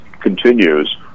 continues